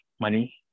money